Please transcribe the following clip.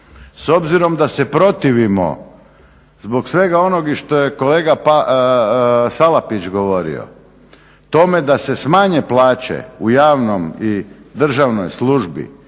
S obzirom da se protivimo zbog svega onog i što je kolega Salapić govorio tome da se smanje plaće u javnoj i državnoj službi